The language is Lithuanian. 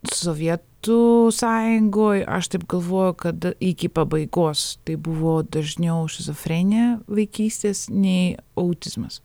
sovietų sąjungoj aš taip galvoju kad iki pabaigos tai buvo dažniau šizofrenija vaikystės nei autizmas